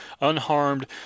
unharmed